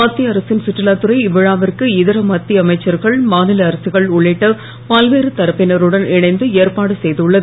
மத்திய அரசின் சுற்றுலா துறை இவ்விழாவிற்கு இதர மத்திய அமைச்சகங்கள் மாநில அரசுகள் உள்ளிட்ட பல்வேறு தரப்பினருடன் இணைந்து ஏற்பாடு செய்துள்ளது